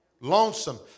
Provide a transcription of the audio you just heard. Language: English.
Lonesome